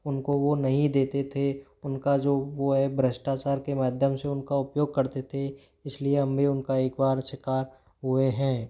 उन को वो नहीं देते थे उन का जो वो है भ्रष्टाचार के माध्यम से उन का उपयोग करते थे इस लिए हम भी उन का एक बार शिकार हुए हैं